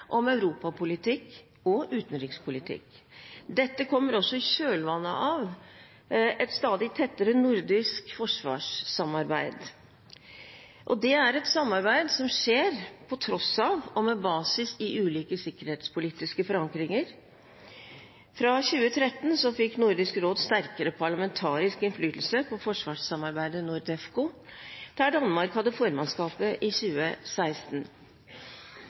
om europapolitikk og utenrikspolitikk. Dette kommer også i kjølvannet av et stadig tettere nordisk forsvarssamarbeid. Det er et samarbeid som skjer på tross av og med basis i ulike sikkerhetspolitiske forankringer. Fra 2013 fikk Nordisk råd sterkere parlamentarisk innflytelse på forsvarssamarbeidet NORDEFCO, der Danmark hadde formannskapet i 2016.